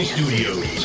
Studios